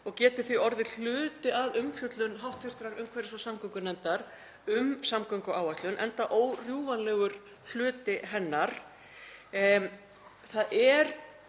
og geti því orðið hluti af umfjöllun hv. umhverfis- og samgöngunefndar um samgönguáætlun, enda órjúfanlegur hluti hennar. Það er